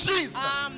Jesus